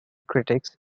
critics